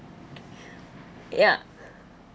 ya